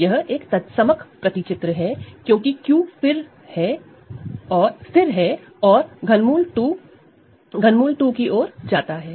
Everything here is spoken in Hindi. यह एक तत्समक मैप है क्योंकि Q स्थिर है और ∛ 2∛ 2 की ओर जाता है